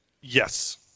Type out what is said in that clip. yes